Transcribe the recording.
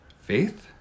Faith